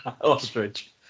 Ostrich